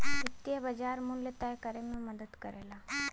वित्तीय बाज़ार मूल्य तय करे में मदद करला